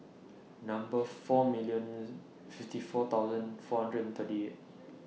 Number four million fifty four thousand four hundred and thirty eight